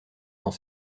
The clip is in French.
dans